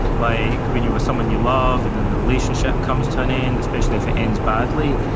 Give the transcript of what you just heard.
like when you're with someone you love, and then the relationship comes to an end, especially if it ends badly,